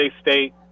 State